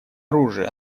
оружия